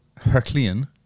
Herclean